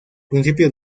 principio